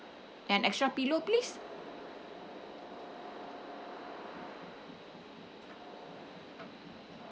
and extra pillow please